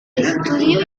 estudió